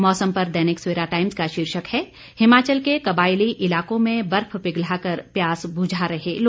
मौसम पर दैनिक सवेरा टाइम्स का शीर्षक है हिमाचल के कबायली इलाकों में बर्फ पिघलाकर प्यास बुझा रहे लोग